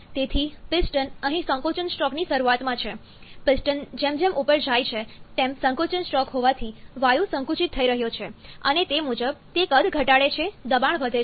તેથી પિસ્ટન અહીં સંકોચનસ્ટ્રોકની શરૂઆતમાં છે પિસ્ટન જેમ જેમ ઉપર જાય છે તેમ સંકોચનસ્ટ્રોક હોવાથી વાયુસંકુચિત થઈ રહ્યો છે અને તે મુજબ તે કદ ઘટાડે છે દબાણ વધે છે